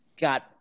got